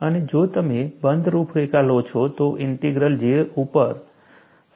અને જો તમે બંધ રૂપરેખા લો છો તો ઇન્ટિગ્રલ 0 ઉપર જાય છે